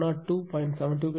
72 கிடைக்கும்